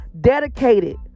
dedicated